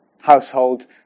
household